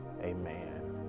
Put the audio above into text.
amen